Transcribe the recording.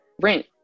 rent